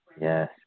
Yes